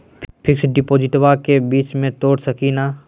Fix डिपोजिटबा के बीच में तोड़ सकी ना?